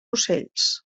ocells